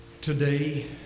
today